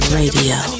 radio